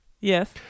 Yes